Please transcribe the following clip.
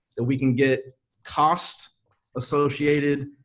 that we can get costs associated,